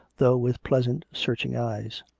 though with pleasant, searching eyes.